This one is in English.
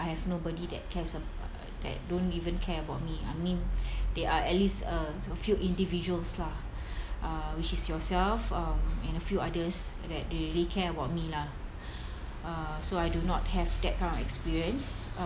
I have nobody that cares about that don't even care about me I mean there are at least a few individuals lah uh which is yourself um and a few others that really care about me lah uh so I do not have that kind of experience uh